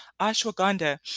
ashwagandha